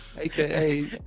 aka